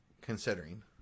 considering